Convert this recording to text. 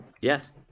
Yes